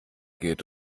geht